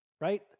right